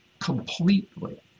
completely